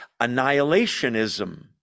annihilationism